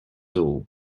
all